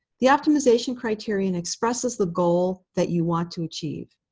the optimization criterion expresses the goal that you want to achieve.